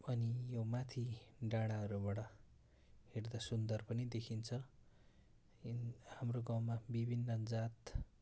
अनि यो माथि डाँडाहरूबाट हेर्दा सुन्दर पनि देखिन्छ होइन हाम्रो गाउँमा विभिन्न जात